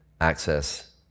access